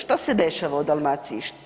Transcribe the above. Što se dešava u Dalmaciji?